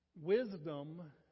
Wisdom